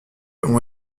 ont